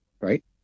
right